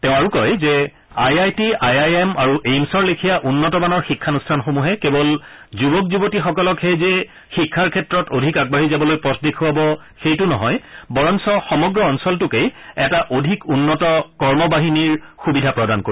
তেওঁ আৰু কয় যে I I T I I M আৰু এইম্ছৰ লেখীয়া উন্নত মানৰ শিক্ষানুষ্ঠানসমূহে কেৱল যুৱক যুৱতীসকলকহে যে শিক্ষাৰ ক্ষেত্ৰত অধিক আগবাঢ়ি যাবলৈ পথ দেখুৱাব সেইটো নহয় বৰঞ্চ সমগ্ৰ অঞ্চলটোকেই এটা অধিক উন্নত কৰ্মবাহিনীৰ সুবিধা প্ৰদান কৰিব